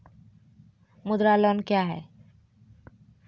मुद्रा लोन क्या हैं?